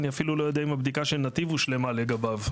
אני אפילו לא יודע אם הבדיקה של "נתיב" הושלמה לגביו.